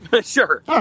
Sure